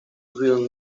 will